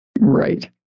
Right